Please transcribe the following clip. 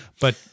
But-